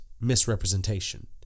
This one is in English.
misrepresentation